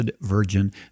Virgin